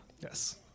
Yes